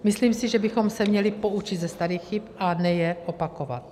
Myslím si, že bychom se měli poučit ze starých chyb, a ne je opakovat.